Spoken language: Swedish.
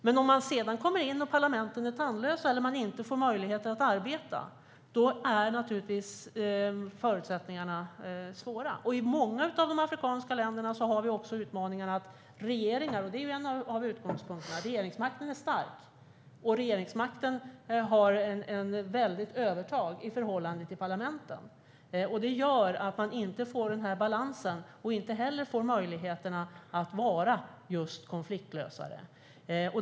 Men om parlamenten är tandlösa och inte kan arbeta blir förutsättningarna svåra. I många afrikanska länder är utmaningen att regeringsmakten är stark. Regeringsmakten har ett stort övertag i förhållande till parlamenten. Det blir ingen balans, och parlamenten blir inte konfliktlösare.